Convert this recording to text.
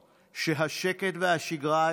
חבריי חברי הכנסת,